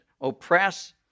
oppress